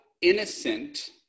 innocent